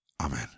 Amen